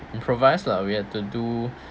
improvise lah we had to do